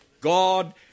God